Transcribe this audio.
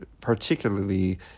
particularly